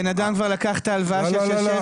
בן אדם כבר לקח את ההלוואה של שרשבסקי,